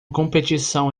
competição